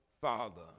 father